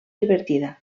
divertida